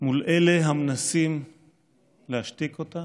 מול אלה המנסים להשתיק אותה